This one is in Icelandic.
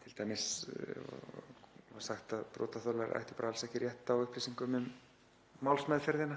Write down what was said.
Til dæmis var sagt að brotaþolar ættu alls ekki rétt á upplýsingum um málsmeðferðina,